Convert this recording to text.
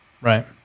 right